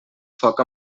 foc